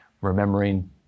remembering